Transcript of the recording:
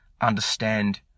understand